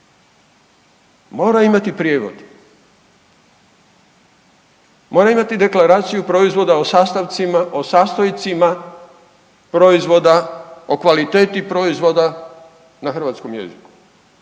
mora imati prijevod. Mora imati deklaraciju proizvoda o sastojcima proizvoda, o kvaliteti proizvoda na hrvatskom jeziku.